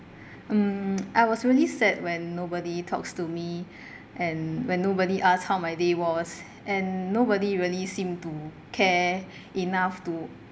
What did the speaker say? mm I was really sad when nobody talks to me and when nobody asked how my day was and nobody really seem to care enough to